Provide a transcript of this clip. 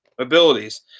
abilities